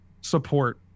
support